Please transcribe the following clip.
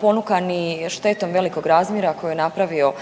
ponukani štetom velikog razmjera koji je napravio